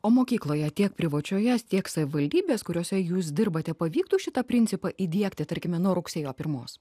o mokykloje tiek privačioje tiek savivaldybės kuriose jūs dirbate pavyktų šitą principą įdiegti tarkime nuo rugsėjo pirmos